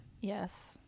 Yes